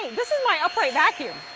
this is my upright vacuum.